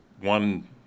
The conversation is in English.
one